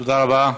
תודה רבה.